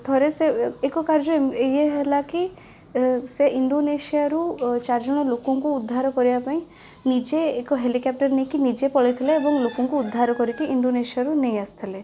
ଥରେ ସେ ଏକ କାର୍ଯ୍ୟ ଏଇଆ ହେଲାକି ଏ ସେ ଇଣ୍ଡୋନେସିଆ ରୁ ଏ ଚାରିଜଣ ଲୋକଙ୍କୁ ଉଦ୍ଧାର କରିବା ପାଇଁ ନିଜେ ଏକ ହେଲିକୋପ୍ଟର ନେଇକି ନିଜେ ପଳେଇ ଥିଲେ ଏବଂ ଲୋକଙ୍କୁ ଉଦ୍ଧାର କରିକି ଇଣ୍ଡୋନେସିଆ ରୁ ନେଇ ଆସିଥିଲେ